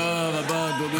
אין כמוכם בעולם.